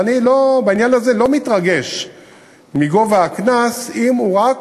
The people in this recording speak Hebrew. ואני בעניין הזה לא מתרגש מגובה הקנס, אם רק